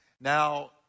Now